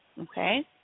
okay